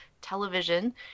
television